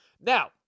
Now